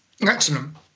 excellent